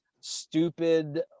stupid